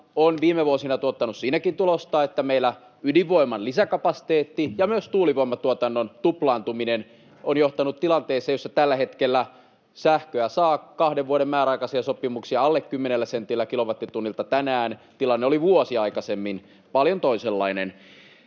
on viime vuosina tuottanut siinäkin tulosta, että meillä ydinvoiman lisäkapasiteetti ja myös tuulivoimatuotannon tuplaantuminen ovat johtaneet tilanteeseen, jossa tällä hetkellä sähkölle saa kahden vuoden määräaikaisia sopimuksia ja alle kymmenellä sentillä kilowattitunnilta tänään. Tilanne oli vuosi aikaisemmin paljon toisenlainen.